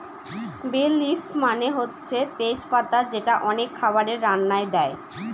বে লিফ মানে হচ্ছে তেজ পাতা যেটা অনেক খাবারের রান্নায় দেয়